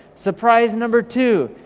surprise number two,